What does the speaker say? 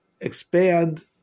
expand